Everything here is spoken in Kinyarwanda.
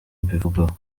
mbivugaho